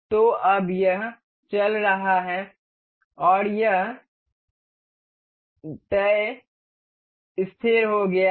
तो अब यह चल रहा है और यह तय हो गया है